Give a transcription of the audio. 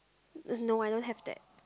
uh no I don't have that